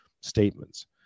statements